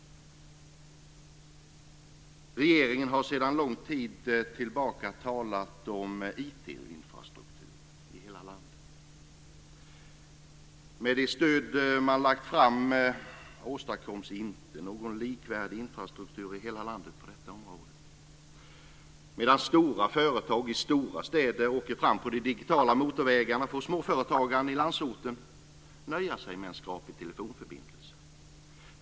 Regeringen har sedan lång tid tillbaka talat om IT infrastruktur i hela landet. Med det stöd som man har lagt fram åstadkoms inte någon likvärdig infrastruktur i hela landet på detta område. Medan stora företag i stora städer åker fram på de digitala motorvägarna får småföretagaren i landsorten nöja sig med en skakig telefonförbindelse.